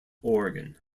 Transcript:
oregon